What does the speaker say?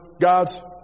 God's